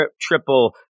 triple